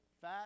fat